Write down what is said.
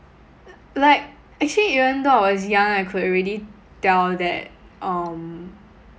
li~ like even though I was young I could already tell that um